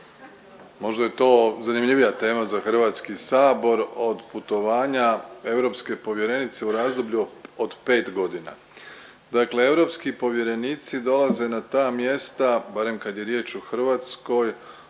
Možda je to zanimljivija temu za HS od putovanja europske povjerenice u razdoblju od pet godina. Dakle, europske povjerenici dolaze na ta mjesta barem kad je riječ o Hrvatskoj